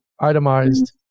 itemized